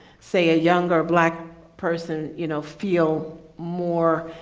say a younger black person, you know, feel more,